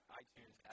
iTunes